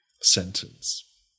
sentence